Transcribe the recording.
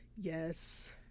Yes